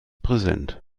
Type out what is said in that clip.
präsent